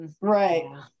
Right